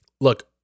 Look